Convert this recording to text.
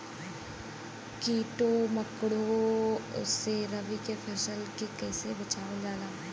कीड़ों मकोड़ों से रबी की फसल के कइसे बचावल जा?